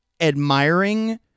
admiring